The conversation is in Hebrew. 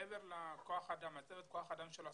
מעבר למצבת כוח האדם של הסוכנות?